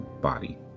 body